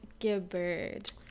Gibbard